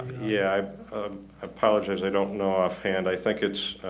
yeah i apologize they don't know offhand i think it's